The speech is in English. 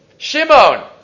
Shimon